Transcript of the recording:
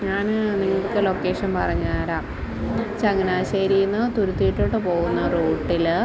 ഞാൻ നിങ്ങല്ക്ക് ലൊക്കേഷൻ പറഞ്ഞ് തരാം ചങ്ങനാശ്ശേരീന്ന് തുരുത്തീലോട്ട് പോവുന്ന റൂട്ടിൽ